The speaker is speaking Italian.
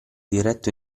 diretto